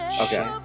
Okay